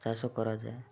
ଚାଷ କରାଯାଏ